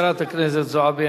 חברת הכנסת זועבי,